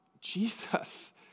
Jesus